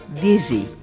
dizzy